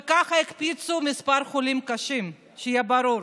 וככה הקפיצו את מספר החולים הקשים, שיהיה ברור.